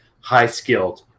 high-skilled